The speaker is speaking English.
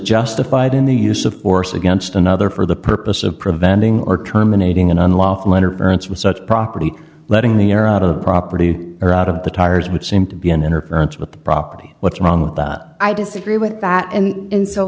justified in the use of force against another for the purpose of preventing or terminating an unlawful interference with such property letting the air out of the property or out of the tires would seem to be an interference with the property what's wrong with that i disagree with that and in so